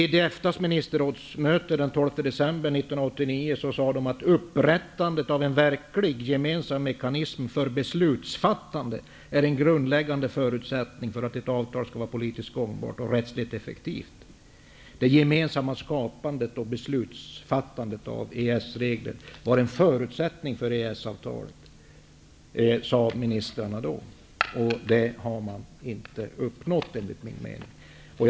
december 1989 uttalade ministrarna ''att upprättandet av en -- verkligt gemensam mekanism för beslutsfattandet är en grundläggande förutsättning för att ett avtal skall vara politiskt gångbart och rättsligt effektivt''. Det gemensamma skapandet och beslutsfattandet av framtida EES regler ansågs vara en förutsättning för EES-avtalet. Det som ministrarna då uttalade har man enligt min mening inte uppnått.